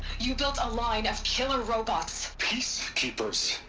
you built a line of killer robots. peacekeepers.